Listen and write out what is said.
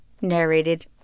Narrated